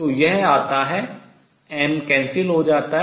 तो यह आता है m कैंसिल हो जाता है